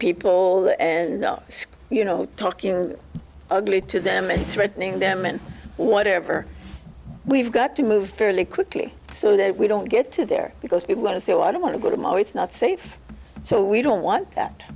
people and school you know talking ugly to them and threatening them and whatever we've got to move fairly quickly so that we don't get to there because people want to say oh i don't want to go tomorrow it's not safe so we don't want that